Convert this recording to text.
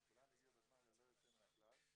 וכולם הגיעו בזמן ללא יוצא מן הכלל.